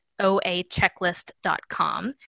oachecklist.com